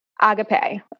agape